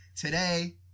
Today